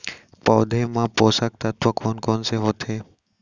पौधे मा पोसक तत्व कोन कोन से होथे?